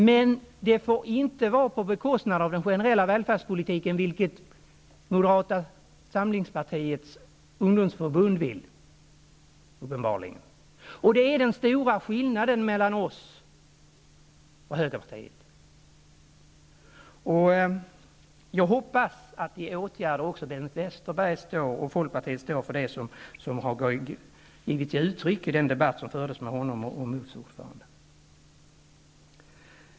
Men de får inte genomföras på bekostnad av den generella välfärdspolitiken, vilket Moderata samlingspartiets ungdomsförbund uppenbarligen vill. Det är den stora skillnaden mellan oss och högerpartiet. Jag hoppas att Bengt Westerberg och Folkpartiet också när det gäller åtgärder står för det som kom till uttryck i den debatt som fördes med MUF:s ordförande och vice ordförande.